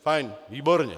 Fajn. Výborně.